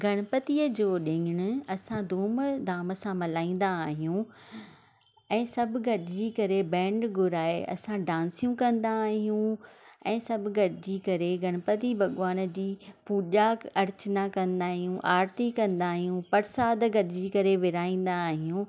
गणपतीअ जो ॾिणु असां धूमधाम सां मल्हाईंदा आहियूं ऐं सभु गॾिजी करे बैंड घुराए असां डांसियूं कंदा आहियूं ऐं सभु गॾिजी करे गणपती भॻवानु जी पूॼा अर्चना कंदा आहियूं आरती कंदा आहियूं प्रसाद गॾिजी करे विरहाईंदा आहियूं